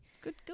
Good